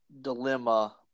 dilemma